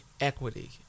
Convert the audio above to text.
equity